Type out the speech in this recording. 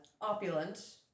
Opulent